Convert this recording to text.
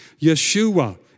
Yeshua